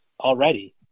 already